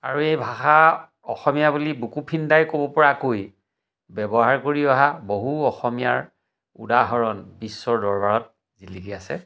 আৰু এই ভাষা অসমীয়া বুলি বুকু ফিন্দাই ক'ব পৰাকৈ ব্যৱহাৰ কৰি অহা বহু অসমীয়াৰ উদাহৰণ বিশ্বৰ দৰবাৰত জিলিকি আছে